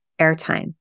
airtime